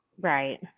Right